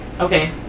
Okay